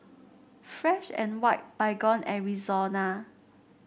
Fresh And White Baygon and Rexona